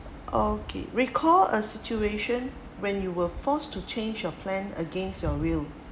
okay recall a situation when you were forced to change your plan against your will